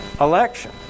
election